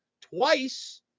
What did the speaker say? twice